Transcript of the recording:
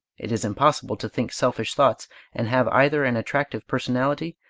it is impossible to think selfish thoughts and have either an attractive personality,